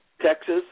Texas